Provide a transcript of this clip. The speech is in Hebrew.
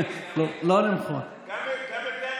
לא למחוא כפיים,